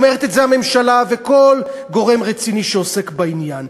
אומרת את זה הממשלה ואומר כל גורם רציני שעוסק בעניין.